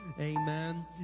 Amen